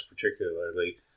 particularly